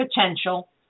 potential